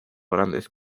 grandes